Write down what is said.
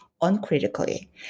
uncritically